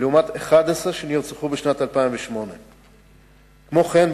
לעומת 11 שנרצחו בשנת 2008. כמו כן,